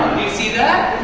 do you see that?